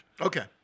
Okay